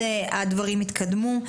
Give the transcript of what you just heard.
הדברים התקדמו.